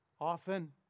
often